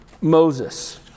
Moses